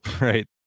right